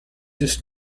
ist